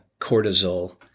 cortisol